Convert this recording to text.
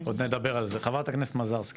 חברת הכנסת מזרסקי.